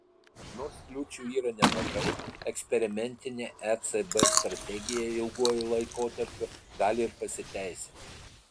nors kliūčių yra nemažai eksperimentinė ecb strategija ilguoju laikotarpiu gali ir pasiteisinti